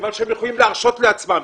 מכיוון שהם יכולים להרשות לעצמם.